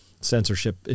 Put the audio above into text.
censorship